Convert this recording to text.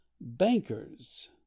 bankers